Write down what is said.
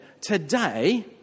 today